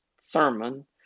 sermon